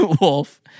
Wolf